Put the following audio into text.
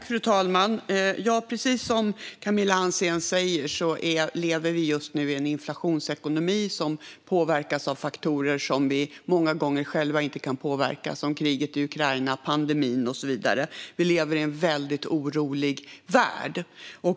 Fru talman! Precis som Camilla Hansén säger lever vi just nu i en inflationsekonomi som påverkas av faktorer som vi många gånger inte kan påverka själva, som kriget i Ukraina, pandemin och så vidare. Vi lever i en väldigt orolig värld.